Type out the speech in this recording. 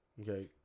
Okay